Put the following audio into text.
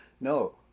No